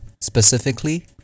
specifically